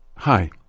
Hi